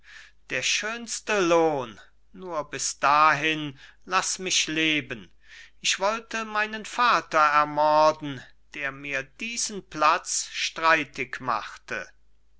der schönste lohn nur bis dahin laß mich leben ich wollte meinen vater ermorden der mir diesen platz streitig machte